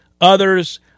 Others